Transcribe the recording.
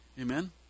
Amen